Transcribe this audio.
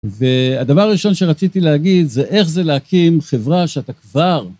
והדבר הראשון שרציתי להגיד זה איך זה להקים חברה שאתה כבר.